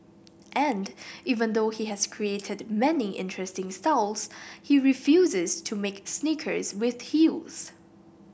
and even though he has created many interesting styles he refuses to make sneakers with heels